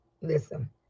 Listen